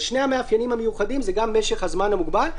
שני המאפיינים המיוחדים זה גם משך הזמן המוגבל,